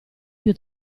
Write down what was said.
più